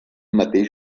mateix